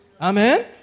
Amen